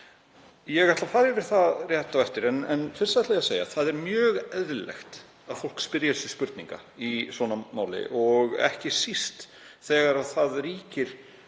Ég ætla að fara yfir það rétt á eftir en fyrst ætla ég að segja að það er mjög eðlilegt að fólk spyrji sig spurninga í svona máli og ekki síst þegar töluverð